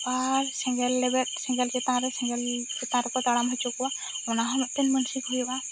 ᱟᱨ ᱥᱮᱸᱜᱮᱞ ᱞᱮᱵᱮᱫ ᱥᱮᱸᱜᱮᱞ ᱪᱮᱛᱟᱱ ᱨᱮ ᱥᱮᱸᱜᱮᱞ ᱪᱮᱛᱟᱱ ᱨᱮᱠᱚ ᱛᱟᱲᱟᱢ ᱚᱪᱚ ᱠᱚᱣᱟ ᱚᱱᱟ ᱦᱚᱸ ᱢᱤᱫᱴᱮᱱ ᱢᱟᱹᱱᱥᱤᱠ ᱦᱩᱭᱩᱜᱼᱟ